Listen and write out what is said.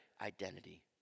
identity